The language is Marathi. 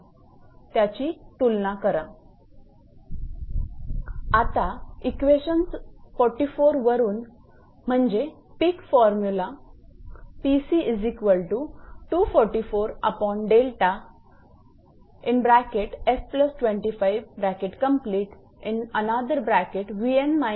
Now from equation 44 this is your Peeks formula that आता इक्वेशन 44 वरून म्हणजे पिक फॉर्मुलाpeeks formula